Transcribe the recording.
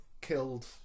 killed